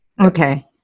Okay